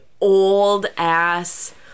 old-ass